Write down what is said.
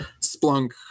Splunk